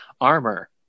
armor